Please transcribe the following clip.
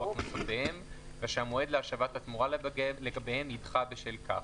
הכנסותיהם ושהמועד להשבת התמורה לגביהם נדחה בשל כך."